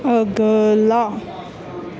ਅਗਲਾ